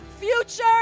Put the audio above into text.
future